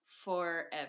forever